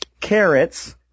carrots